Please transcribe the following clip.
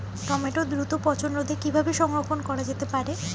টমেটোর দ্রুত পচনরোধে কিভাবে সংরক্ষণ করা যেতে পারে?